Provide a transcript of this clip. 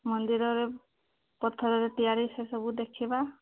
ମନ୍ଦିରରେ ପଥରରେ ତିଆରି ସେସବୁ ଦେଖିବା